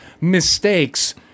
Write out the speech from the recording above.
mistakes